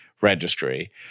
registry